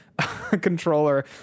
controller